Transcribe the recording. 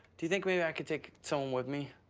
do you think maybe i could take someone with me?